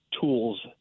tools